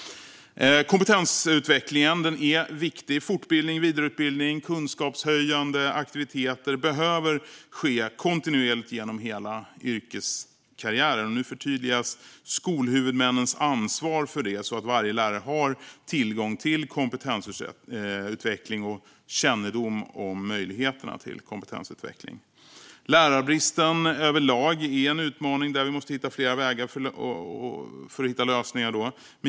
Kompetensutvecklingen är viktig. Fortbildning, vidareutbildning och kunskapshöjande aktiviteter behöver ske kontinuerligt genom hela yrkeskarriären. Nu förtydligas skolhuvudmännens ansvar för detta så att varje lärare har tillgång till kompetensutveckling och kännedom om möjligheterna till kompetensutveckling. Lärarbristen överlag är en utmaning där vi måste hitta flera vägar för att nå lösningar.